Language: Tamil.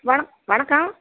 வண வணக்கம்